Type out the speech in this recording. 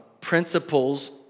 principles